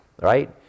Right